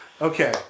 Okay